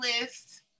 list